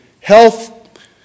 health